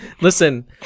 Listen